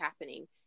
happening